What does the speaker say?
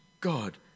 God